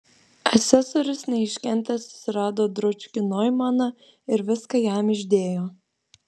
asesorius neiškentęs susirado dručkį noimaną ir viską jam išdėjo